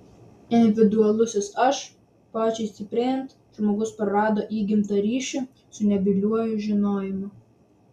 individualaus aš pojūčiui stiprėjant žmogus prarado įgimtą ryšį su nebyliuoju žinojimu